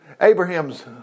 Abraham's